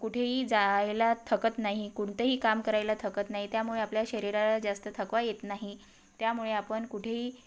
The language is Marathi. कुठेही जायला थकत नाही कोणतंही काम करायला थकत नाही त्यामुळे आपल्या शरीराला जास्त थकवा येत नाही त्यामुळे आपण कुठेही